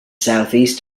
southeast